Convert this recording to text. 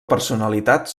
personalitat